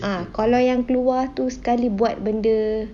ah kalau yang keluar tu sekali buat benda